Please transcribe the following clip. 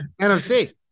NFC